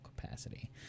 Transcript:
capacity